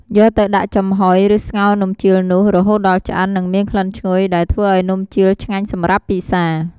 យកទៅដាក់ចំហ៊ុយ ឬស្ងោរនំជៀលនោះ រហូតដល់ឆ្អិន និងមានក្លិនឈ្ងុយ ដែលធ្វើឱ្យនំជៀលឆ្ងាញសម្រាប់ពិសា។